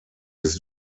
his